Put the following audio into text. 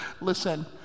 Listen